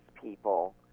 people